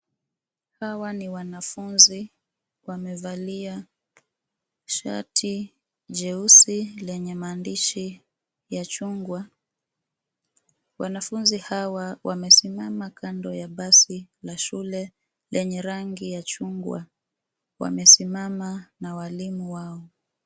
Hawa ni wanafunzi wamevalia shati jeusi lenye maandishi ya chungwa. Wanafunzi hawa wamesimama kando ya basi la shule lenye rangi ya chungwa. Wamesimama na walimu wao.